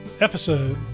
episode